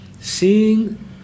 seeing